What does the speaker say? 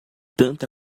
tanta